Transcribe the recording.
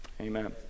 Amen